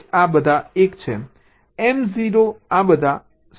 તેથી MZ બધા 1 છે Mo બધા 0 છે